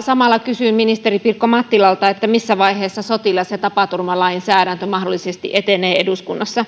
samalla kysyn ministeri pirkko mattilalta missä vaiheessa sotilas ja tapaturmalainsäädäntö mahdollisesti etenee eduskunnassa